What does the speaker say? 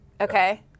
Okay